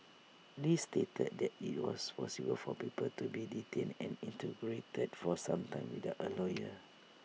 li stated that IT was possible for people to be detained and interrogated for some time without A lawyer